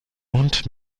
und